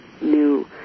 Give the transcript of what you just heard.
new